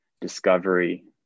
discovery